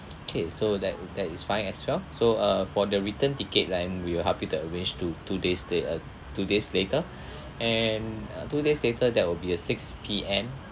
okay so that that is fine as well so uh for the return ticket then we will help you to arrange to two days day uh two days later and uh two days later that will be a six P_M